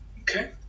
Okay